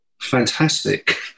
fantastic